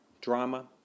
drama